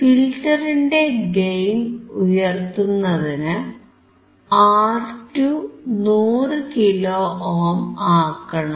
ഫിൽറ്ററിന്റെ ഗെയിൻ ഉയർത്തുന്നതിന് R2 100 kilo ohm ആക്കണം